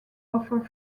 offer